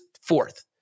fourth